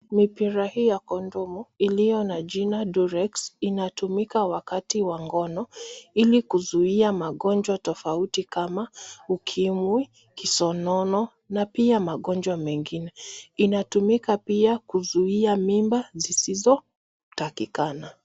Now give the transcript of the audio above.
Mipira hii ya kondomu, iliyo na jina Durex inatumika wakati wa ngono ili kuzuia magonjwa tofauti kama ukimwi, kisonono na pia magonjwa mengine, inatumika pia kuzuia mimba zisizotakikana.